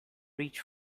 reach